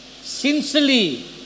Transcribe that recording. Sincerely